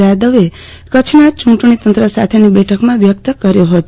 જાદવે કચ્છના ચૂંટણીતંત્ર સાથેની બેઠકમાં વ્યકત કર્યો ફતો